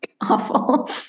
awful